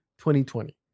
2020